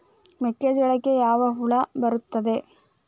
ಮೆಕ್ಕೆಜೋಳಕ್ಕೆ ಯಾವ ಹುಳ ಬರುತ್ತದೆ?